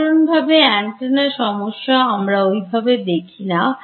সাধারণভাবে অ্যান্টেনা সমস্যা আমরা ওইভাবে দেখিনা